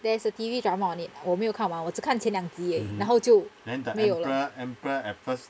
there is a T_V drama on it 我没有看完我只看前两集然后就没有了